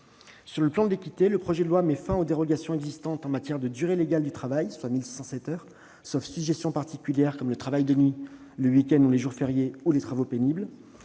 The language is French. En matière d'équité, le projet de loi met fin aux dérogations existantes en matière de durée légale du travail, soit 1 607 heures, sauf sujétions particulières comme le travail de nuit, le week-end ou les jours fériés, ou les travaux pénibles.